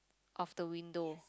of the window